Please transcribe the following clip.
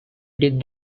did